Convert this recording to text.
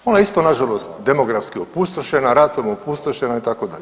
Ha, ona je isto nažalost demografski opustošena, ratom opustošena itd.